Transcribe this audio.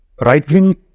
Right-wing